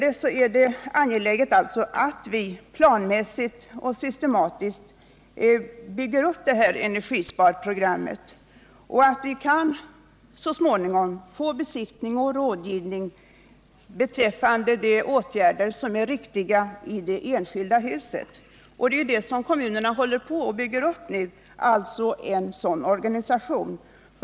Det är alltså angeläget att vi planmässigt och systematiskt bygger upp energisparprogrammet och att vi så småningom kan få till stånd besiktning och rådgivning beträffande de åtgärder som är riktiga i det enskilda huset. Kommunerna håller nu på att bygga upp en sådan organisation.